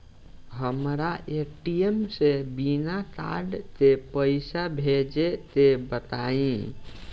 हमरा ए.टी.एम से बिना कार्ड के पईसा भेजे के बताई?